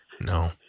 no